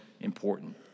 important